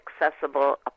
accessible